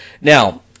Now